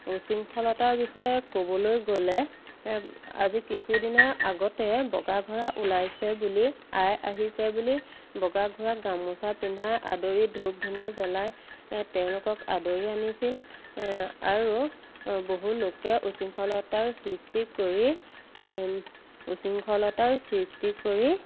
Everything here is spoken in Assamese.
উশৃংখলতাৰ বিষয়ে ক'বলৈ গ'লে আজি কিছু দিনৰ আগতে বগা ঘোঁৰা ওলাইছে বুলি আই আহিছে বুলি বগা ঘোঁৰাক গামোচা পিন্ধাই আদৰি ধূপ ধূণা জ্বলাই তেওঁলোকক আদৰি আনিছিল আৰু বহুলোকে উশৃংখলতাৰ সৃষ্টি কৰি উশৃংখলতাৰ সৃষ্টি কৰি